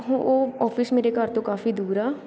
ਹੋ ਉਹ ਔਫਿਸ ਮੇਰੇ ਘਰ ਤੋਂ ਕਾਫੀ ਦੂਰ ਆ